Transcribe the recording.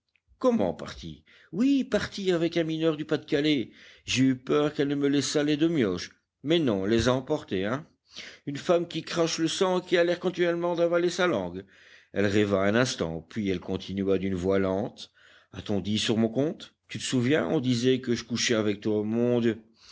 comment partie oui partie avec un mineur du pas-de-calais j'ai eu peur qu'elle ne me laissât les deux mioches mais non elle les a emportés hein une femme qui crache le sang et qui a l'air continuellement d'avaler sa langue elle rêva un instant puis elle continua d'une voix lente en a-t-on dit sur mon compte tu te souviens on disait que je couchais avec toi mon